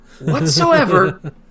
whatsoever